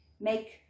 Make